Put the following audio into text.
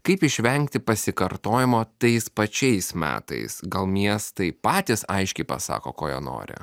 kaip išvengti pasikartojimo tais pačiais metais gal miestai patys aiškiai pasako ko jie nori